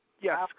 Yes